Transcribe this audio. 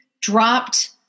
dropped